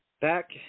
back